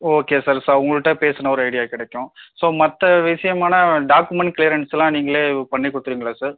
okay sir so உங்குள்ட்ட பேசினா ஒரு ஐடியா கிடைக்கும் ஸோ மத்த விஷயமான டாக்குமன்ட் க்ளேரன்ஸ்சுலாம் நீங்களே பண்ணி கொடுத்துருவிங்களா சார்